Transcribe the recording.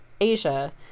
Asia